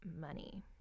money